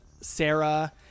Sarah